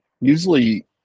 Usually